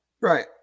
Right